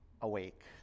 Awake